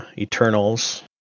Eternals